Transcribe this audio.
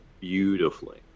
beautifully